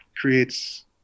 creates